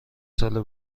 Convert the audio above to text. ساله